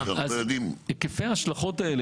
היקפי ההשלכות האלה,